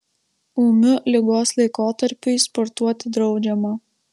ūmiu ligos laikotarpiui sportuoti draudžiama